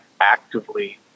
actively